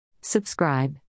Subscribe